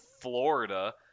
Florida